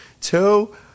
Two